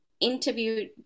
interview